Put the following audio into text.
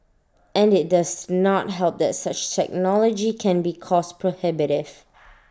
and IT does not help that such technology can be cost prohibitive